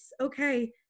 okay